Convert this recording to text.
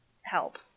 help